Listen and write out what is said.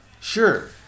Sure